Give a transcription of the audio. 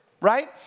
right